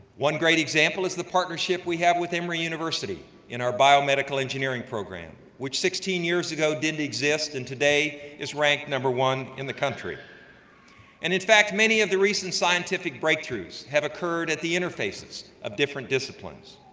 one great example is the partnership we have with emory university in our biomedical engineering program which sixteen years ago didn't exist and today is ranked number one in the country and in fact many of the recent scientific breakthroughs have occurred at the interfaces of different disciplines.